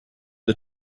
the